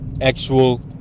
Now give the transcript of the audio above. actual